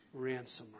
ransomer